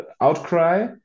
outcry